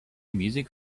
music